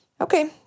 Okay